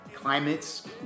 climates